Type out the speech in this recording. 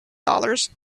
dollars